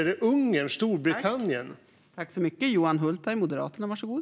Är det Ungern eller Storbritannien?